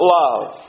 love